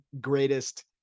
greatest